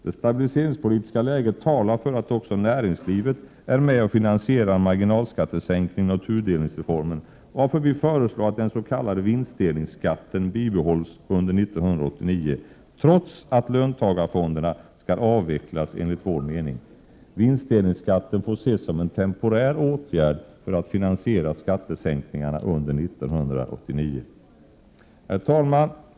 Det stabiliseringspolitiska läget talar för att också näringslivet är med och finansierar marginalskattesänkningen och tudelningsreformen, varför vi föreslår att den s.k. vinstdelningsskatten bibehålls under 1989, trots att löntagarfonderna enligt vår mening skall avvecklas. Vinstdelningsskatten får ses som en temporär åtgärd för att finansiera skattesänkningarna under 1989. Herr talman!